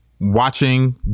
watching